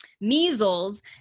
measles